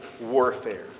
warfare